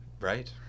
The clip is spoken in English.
Right